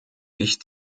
ich